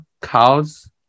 cows